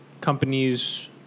companies